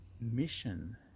mission